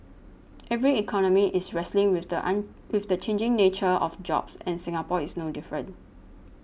every economy is wrestling with the an with the changing nature of jobs and Singapore is no different